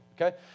okay